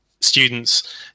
students